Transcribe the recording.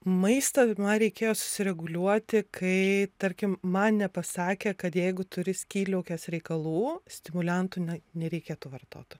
maistą man reikėjo susireguliuoti kai tarkim man nepasakė kad jeigu turi skydliaukės reikalų stimuliantų na nereikėtų vartototo